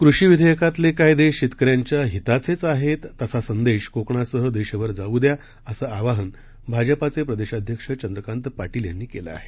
कृषी विधेयकातले कायदे शेतकऱ्यांच्या हिताचेच आहेत तसा संदेश कोकणासह देशभर जाऊ द्या असं आवाहन भाजपाचे प्रदेशाध्यक्ष चंद्रकांत पाटील यांनी केलं आहे